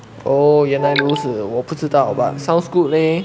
oh 原来如此我不知道 but sounds good leh